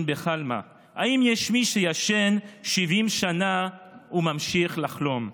בחלמא" האם יש מי שישן 70 שנה וממשיך לחלום?